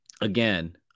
Again